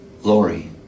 Lori